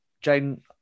Jane